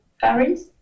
Paris